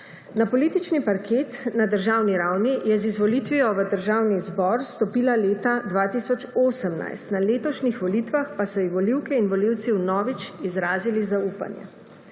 Na politični parket na državni ravni je z izvolitvijo v Državni zbor stopila leta 2018, na letošnjih volitvah pa so ji volivke in volivci vnovič izrazili zaupanje.